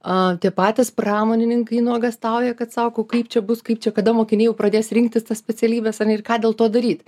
a tie patys pramonininkai nuogąstauja kad sako kaip čia bus kaip čia kada mokiniai jau pradės rinktis tas specialybes ane ir ką dėl to daryt